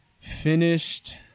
Finished